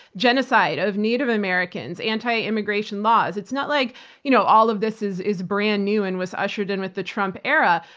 genocide of native americans, anti-immigration laws. it's not like you know all of this is is brand new and was ushered in with the trump era,